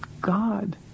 God